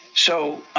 so